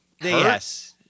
Yes